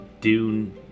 Dune